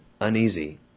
uneasy